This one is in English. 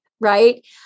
right